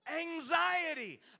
anxiety